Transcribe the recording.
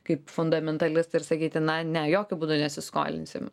kaip fundamentalistai ir sakyti na ne jokiu būdu nesiskolinsim